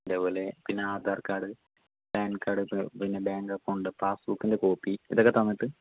അതേപോലെ പിന്നെ Aadhaar card PAN card പിന്നെ ബാങ്ക് അക്കൗണ്ട് പാസ്സ്ബുക്കിൻ്റെ കോപ്പി ഇതൊക്കെ തന്നിട്ട്